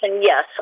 yes